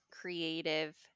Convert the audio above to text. Creative